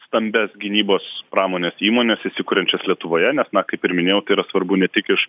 stambias gynybos pramonės įmones įsikuriančias lietuvoje nes na kaip ir minėjau tai yra svarbu ne tik iš